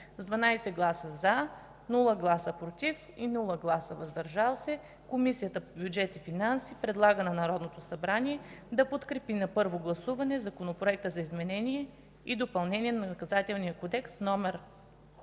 С 12 гласа „за”, без „против” и „въздържали се” Комисията по бюджет и финанси предлага на Народното събрание да подкрепи на първо гласуване Законопроект за изменение и допълнение на Наказателния кодекс, №